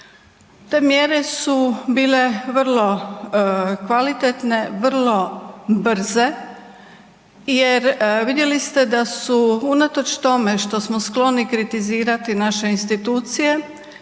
Te mjere su bile vrlo kvalitetne, vrlo brze jer vidjeli ste, da su, unatoč tome što smo skloni kritizirati naše institucije,